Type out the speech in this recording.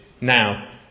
now